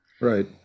right